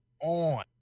on